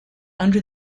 under